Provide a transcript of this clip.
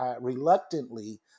reluctantly